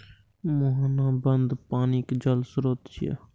मुहाना बंद पानिक जल स्रोत छियै